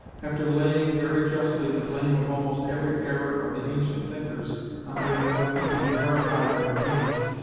after laying, very justly, the blame of almost every error of the ancient thinkers on their neglecting to verify their opinions,